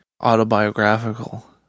autobiographical